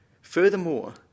Furthermore